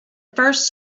first